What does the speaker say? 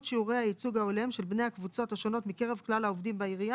שיעורי הייצוג ההולם של בני הקבוצות השונות מקרב כלל העובדים בעירייה;